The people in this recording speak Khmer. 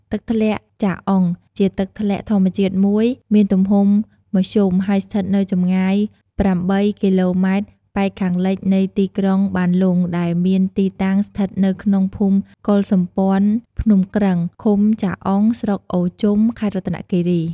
ទឹកធ្លាក់ចាអុងជាទឹកធ្លាក់ធម្មជាតិមួយ មានទំហំមធ្យមហើយស្ថិតនៅចម្ងាយ ប្រាំបីគីឡូម៉ែត្រប៉ែកខាងលិចនៃទីក្រុងបានលុងដែលមានទីតាំងស្ថិតនៅក្នុងភូមិកុលសម្ព័ន្ធភ្នំគ្រឹង ឃុំចាអុង ស្រុកអូរជុំ ខេត្តរតនគិរី។។